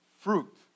fruit